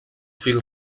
fil